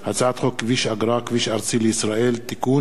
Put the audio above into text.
הצעת חוק כביש אגרה (כביש ארצי לישראל) (תיקון,